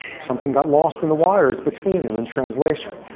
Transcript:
something got lost in the wires between them in translation.